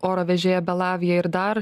oro vežėją belavija ir dar